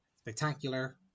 spectacular